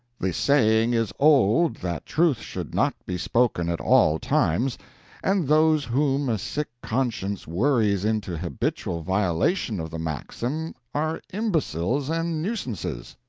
the saying is old that truth should not be spoken at all times and those whom a sick conscience worries into habitual violation of the maxim are imbeciles and nuisances.